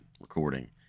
recording